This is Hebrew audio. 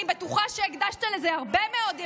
אני בטוחה שהקדשת לזה הרבה מאוד ישיבות,